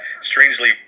strangely